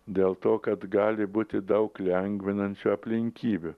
dėl to kad gali būti daug lengvinančių aplinkybių